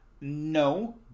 No